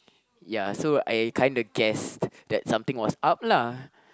ya so I kinda guessed that something was up lah